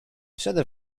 przede